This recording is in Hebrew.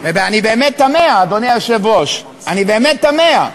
ואני באמת תמה, אדוני היושב-ראש, אני באמת תמה,